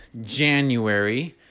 January